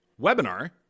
webinar